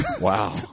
Wow